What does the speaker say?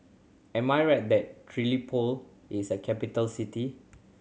am I right that Tripoli is a capital city